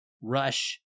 Rush